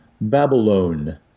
Babylon